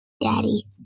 Daddy